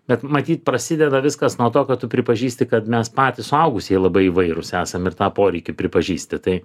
bet matyt prasideda viskas nuo to kad tu pripažįsti kad mes patys suaugusieji labai įvairūs esam ir tą poreikį pripažįsti tai